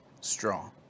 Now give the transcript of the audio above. strong